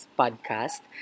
podcast